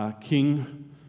king